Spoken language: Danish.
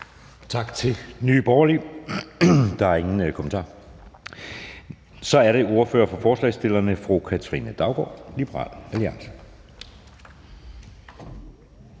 Tak til Nye Borgerlige. Det er ingen kommentarer. Så er det ordføreren for forslagsstillerne, fru Katrine Daugaard, Liberal Alliance.